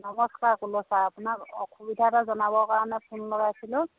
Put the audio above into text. নমষ্কাৰ ক'লো ছাৰ আপোনাক অসুবিধা এটা জনাব কাৰণে ফোন লগাইছিলোঁ